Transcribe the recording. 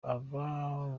aba